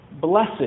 Blessed